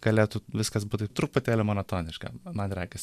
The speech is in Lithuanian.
galėtų viskas būti truputėlį monotoniška man regis